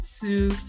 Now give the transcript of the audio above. two